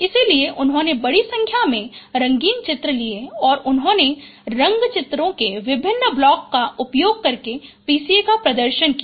इसलिए उन्होंने बड़ी संख्या में रंगीन चित्र लिए और उन्होंने रंग चित्रों के विभिन्न ब्लॉकों का उपयोग करके PCA का प्रदर्शन किया